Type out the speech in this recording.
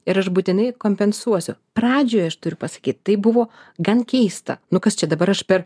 ir aš būtinai kompensuosiu pradžioje aš turiu pasakyt tai buvo gan keista nu kas čia dabar aš per